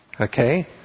Okay